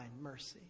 mercy